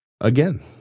again